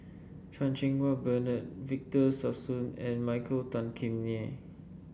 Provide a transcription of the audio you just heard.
Chan Cheng Wah Bernard Victor Sassoon and Michael Tan Kim Nei